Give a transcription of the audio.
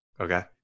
Okay